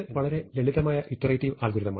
ഇത് വളരെ ലളിതമായ ഇറ്ററേറ്റിവ് അൽഗോരിതമാണ്